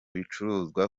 bicuruzwa